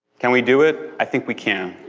can we do it? i think we can.